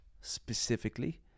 specifically